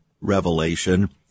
revelation